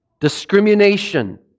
discrimination